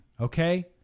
okay